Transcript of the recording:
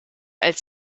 als